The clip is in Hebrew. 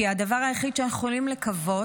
כי הדבר היחיד שאנחנו יכולים לקוות,